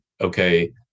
okay